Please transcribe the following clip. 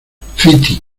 fiti